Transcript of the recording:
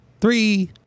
three